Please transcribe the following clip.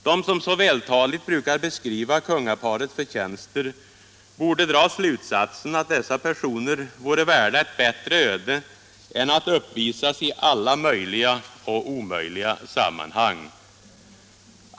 De som så vältaligt brukar beskriva kungaparets förtjänster borde dra slutsatsen att dessa personer vore värda ett bättre öde än att uppvisas i alla möjliga och omöjliga sammanhang.